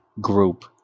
group